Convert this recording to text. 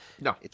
No